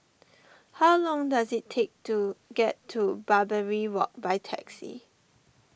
how long does it take to get to Barbary Walk by taxi